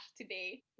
today